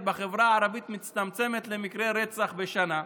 בחברה הערבית מצטמצמת למקרה רצח בשנה,